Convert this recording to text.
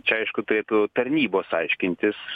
čia aišku turėtų tarnybos aiškintis